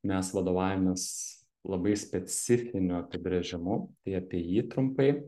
mes vadovaujamės labai specifiniu apibrėžimu tai apie jį trumpai